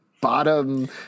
bottom